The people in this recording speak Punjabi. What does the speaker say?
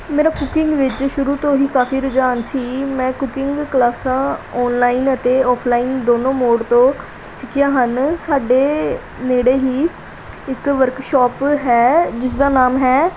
ਮੇਰਾ ਕੁਕਿੰਗ ਵਿੱਚ ਸ਼ੁਰੂ ਤੋਂ ਹੀ ਕਾਫ਼ੀ ਰੁਝਾਨ ਸੀ ਮੈਂ ਕੁਕਿੰਗ ਕਲਾਸਾਂ ਔਨਲਾਈਨ ਅਤੇ ਔਫਲਾਈਨ ਦੋਨੋਂ ਮੋਡ ਤੋਂ ਸਿੱਖੀਆਂ ਹਨ ਸਾਡੇ ਨੇੜੇ ਹੀ ਇੱਕ ਵਰਕਸ਼ਾਪ ਹੈ ਜਿਸਦਾ ਨਾਮ ਹੈ